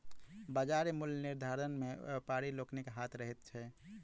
बाजार मूल्य निर्धारण मे व्यापारी लोकनिक हाथ रहैत छै